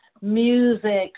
music